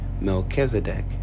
Melchizedek